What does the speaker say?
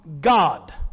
God